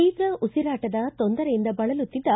ತೀವ್ರ ಉಸಿರಾಟದ ತೊಂದರೆಯಿಂದ ಬಳಲುತ್ತಿದ್ದ